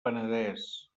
penedès